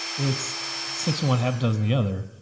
it's six, one half dozen. the other,